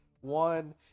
one